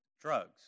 drugs